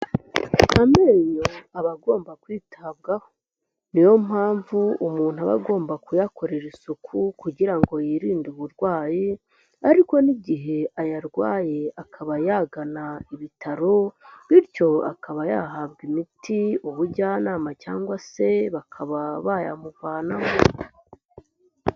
Amenyo aba agomba kwitabwaho. Niyo mpamvu umuntu aba agomba kuyakorera isuku kugira ngo yirinde uburwayi, ariko n'igihe ayarwaye akaba yagana ibitaro, bityo akaba yahabwa imiti, ubujyanama cyangwa se bakaba bayamuvanamo.